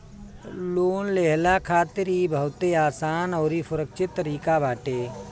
loan लेहला खातिर इ बहुते आसान अउरी सुरक्षित तरीका बाटे